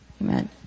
Amen